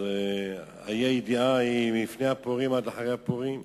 אז האי-ידיעה היא מלפני פורים ועד אחרי פורים.